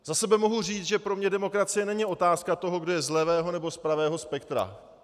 Za sebe mohu říct, že pro mne demokracie není otázka toho, kdo je z levého nebo z pravého spektra.